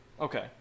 okay